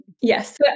Yes